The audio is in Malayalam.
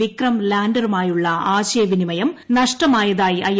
വിക്രം ലാൻഡറു മായുള്ള ആശയവിനിമയം നഷ്ടമായതായി ഐ